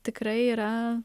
tikrai yra